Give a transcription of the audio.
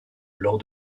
lors